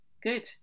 good